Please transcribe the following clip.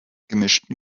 gemischten